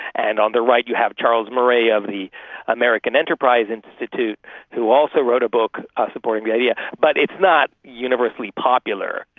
and on the right you have charles murray of the american enterprise institute who also wrote a book ah supporting the idea. but it's not universally popular.